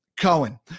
Cohen